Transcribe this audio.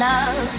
Love